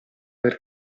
per